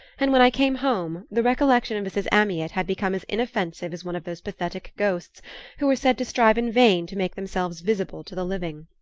and when i came home the recollection of mrs. amyot had become as inoffensive as one of those pathetic ghosts who are said to strive in vain to make themselves visible to the living.